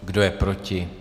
Kdo je proti?